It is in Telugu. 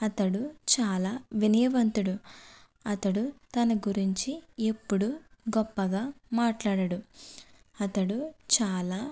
అతడు చాలా వినయవంతుడు అతడు తన గురించి ఎప్పుడూ గొప్పగా మాట్లాడడు అతడు చాలా